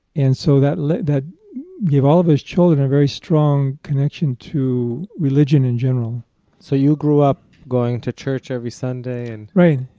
and so that like that gave all of us children a very strong connection to religion in general so you grew up going to church every sunday, and, right,